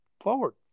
forward